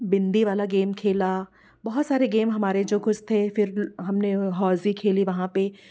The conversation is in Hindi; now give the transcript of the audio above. बिंदी वाला गेम खेला बहुत सारे गेम हमारे जो कुछ थे फिर हमने हौज़ी खेली वहाँ पे